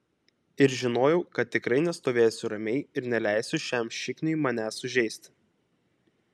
ir žinojau kad tikrai nestovėsiu ramiai ir neleisiu šiam šikniui manęs sužeisti